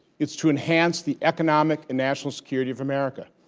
it's to enhance the economic and national security of america.